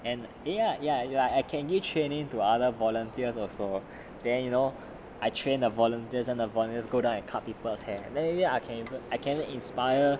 and ya ya ya like I can you change to other volunteers also then you know I train the volunteers and the volunteers go down and cut people's hair then maybe I can I can inspire